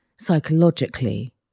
psychologically